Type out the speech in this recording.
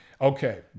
Okay